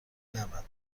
نبند